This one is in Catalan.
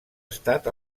estat